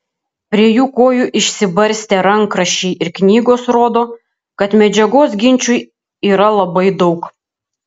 prie jų kojų išsibarstę rankraščiai ir knygos rodo kad medžiagos ginčui yra labai daug